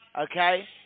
okay